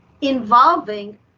involving